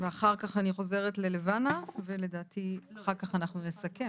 ואחר כך אני חוזרת ללבנה ולדעתי אחר כך אנחנו נסכם.